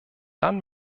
dann